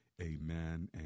amen